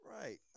right